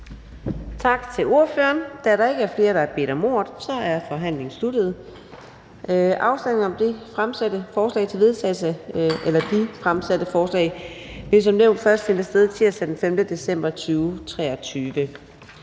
Tak til ordføreren. Da der ikke er flere, der har bedt om ordet, er forhandlingen sluttet. Afstemningen om de fremsatte forslag til vedtagelse vil som nævnt først finde sted tirsdag den 5. december 2023.